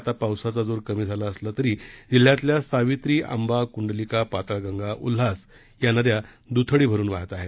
आता पावसाचा जोर कमी झाला असला तरी जिल्ह्यातल्या सावित्री आंबा कुंडलिका पाताळगंगा उल्हास या नद्या दुथडी भरून वाहत आहेत